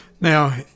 Now